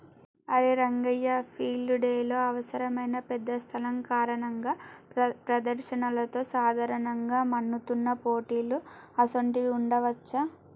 అరే రంగయ్య ఫీల్డ్ డెలో అవసరమైన పెద్ద స్థలం కారణంగా ప్రదర్శనలతో సాధారణంగా మన్నుతున్న పోటీలు అసోంటివి ఉండవచ్చా